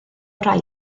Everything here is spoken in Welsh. rai